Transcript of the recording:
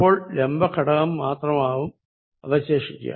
അപ്പോൾ ലംബ ഘടകം മാത്രമാവും അവശേഷിക്കുക